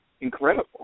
incredible